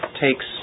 takes